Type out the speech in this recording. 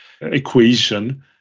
equation